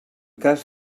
cas